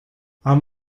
haben